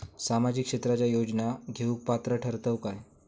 सामाजिक क्षेत्राच्या योजना घेवुक पात्र ठरतव काय?